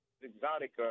exotic